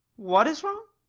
what is wrong?